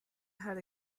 had